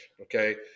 okay